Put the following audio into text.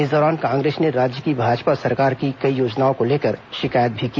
इस दौरान कांग्रेस ने राज्य की भाजपा सरकार की कई योजनाओं को लेकर शिकायत भी की